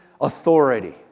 authority